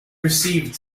received